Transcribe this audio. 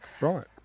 Right